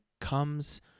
comes